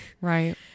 Right